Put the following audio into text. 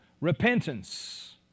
repentance